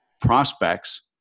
prospects